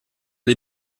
les